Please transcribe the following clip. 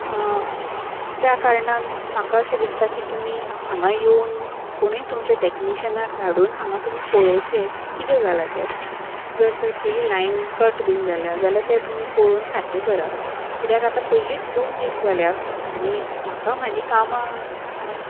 त्या कारणान म्हाका अशें दिसता की तुमी हांगा येवन कोणूय तुमच्या टॅक्निशनाक धाडून हांगा तुमी पळोवचें की कितें जालां तें जर तर खंयी लायन कट बीन जाल्या जाल्यार तें तुमी पळोवन सारकें करात कित्याक आतां पयलींच दोन दीस जाल्यात आनी म्हाका म्हाजी कामां